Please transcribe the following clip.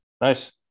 Nice